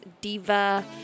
Diva